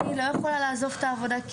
אני לצערי לא יכולה לעזור את העבודה כי